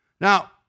Now